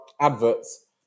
adverts